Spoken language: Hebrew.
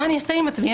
מה אני אעשה עם עצמי?